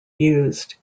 used